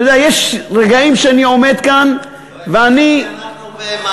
אתה יודע, יש רגעים שאני עומד כאן ואני לא,